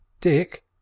Dick